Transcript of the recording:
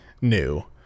new